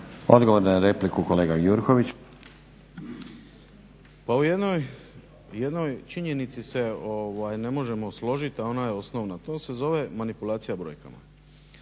Odgovor na repliku kolega Jurković. **Gjurković, Srđan (HNS)** Pa u jednoj činjenici se ne možemo složiti, a ona je osnovna, to se zove manipulacija brojkama.